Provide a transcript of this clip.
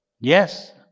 Yes